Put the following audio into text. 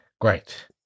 Great